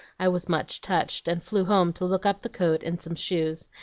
i was much touched, and flew home to look up the coat and some shoes,